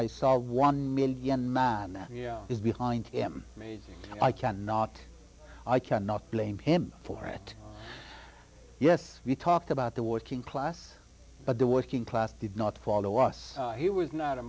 i saw one man young man that is behind me i cannot i cannot blame him for it yes we talked about the working class but the working class did not follow us he was not a